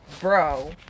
bro